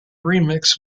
remix